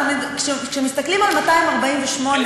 כשמסתכלים על 248,